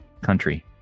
country